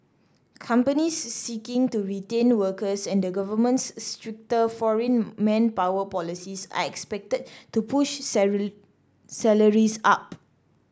companies seeking to retain workers and the government's stricter foreign manpower policies are expected to push salaries up